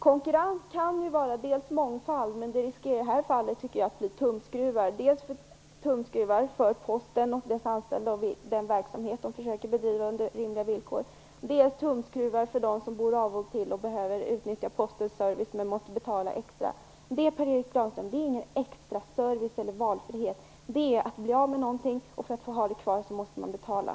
Konkurrens kan innebära mångfald men i detta fall riskerar det att innebära tumskruvar - dels för Posten, dess anställda och den verksamhet de försöker driva under rimliga villkor, dels för dem som bor avsides till och behöver utnyttja Postens service, men som måste betala extra. Det är ingen extra service eller valfrihet, Per Erik Granström. Det är att bli av med någonting och att behöva betala för att få ha det kvar.